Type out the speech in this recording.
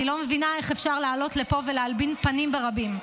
--- אני לא מבינה איך אפשר לעלות לפה ולהלבין פנים ברבים.